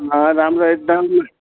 राम्रो एकदम